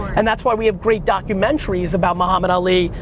and that's why we have great documentaries about muhammad ali,